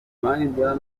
mbarangira